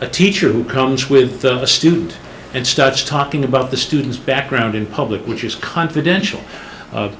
a teacher who comes with a student and starts talking about the student's background in public which is confidential